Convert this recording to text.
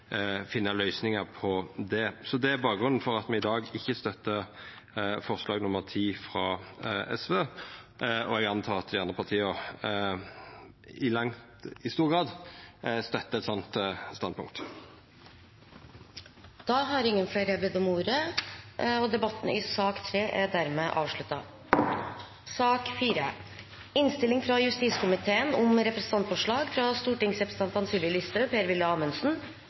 finna løysingar på dette. Det er bakgrunnen for at me i dag ikkje støttar forslag nr. 10, frå SV, og eg antek at dei andre partia i stor grad støttar eit sånt standpunkt. Flere har ikke bedt om ordet til sak nr. 3. Etter ønske fra justiskomiteen vil presidenten ordne debatten